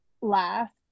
last